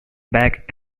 back